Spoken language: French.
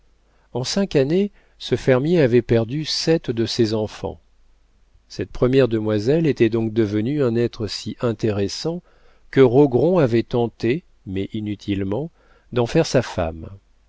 en cinq années ce fermier avait perdu sept de ses enfants cette première demoiselle était donc devenue un être si intéressant que rogron avait tenté mais inutilement d'en faire sa femme